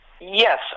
Yes